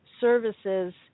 services